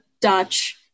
Dutch